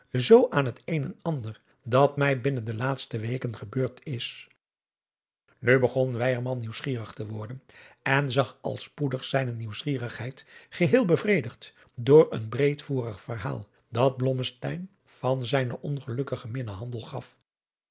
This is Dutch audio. zoo aan het een en ander dat mij binnen de laatste weken gebeurd is nu begon weyerman nieuwsgierig te worden en zag al spoedig zijne nieuwsgierigheid geheel bevredigd door een breedvoerig verhaal dat blommesteyn van zijnen ongelukkigen minnehandel gaf